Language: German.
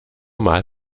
mal